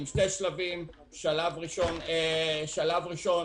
שלב ראשון